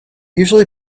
usually